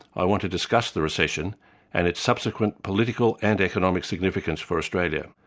i want to discuss the recession and its subsequent political and economic significance for australia.